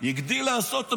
הגדיל לעשות,